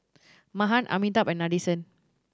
Mahan Amitabh and Nadesan